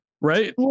right